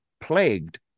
plagued